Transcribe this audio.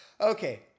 Okay